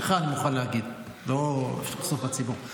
לך אני מוכן להגיד, לא אחשוף לציבור.